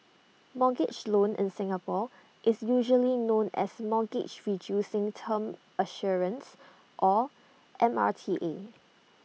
mortgage loan in Singapore is usually known as mortgage reducing term assurance or M R T A